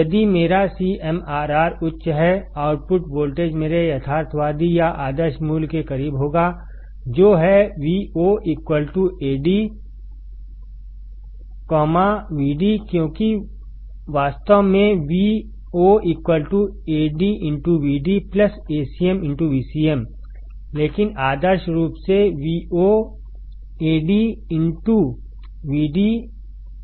यदि मेरा CMRR उच्च हैआउटपुट वोल्टेज मेरे यथार्थवादी या आदर्श मूल्य के करीब होगा जो है Vo AdVdक्योंकि वास्तव में Vo Ad Vd Acm Vcm लेकिन आदर्श रूप से VoAd Vd होगा